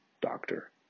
doctor